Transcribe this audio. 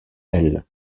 elle